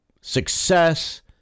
success